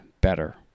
better